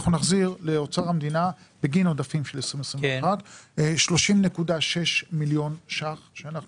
נחזיר לאוצר המדינה בגין עודפים של 2021 30.6 מיליון ₪ שאנחנו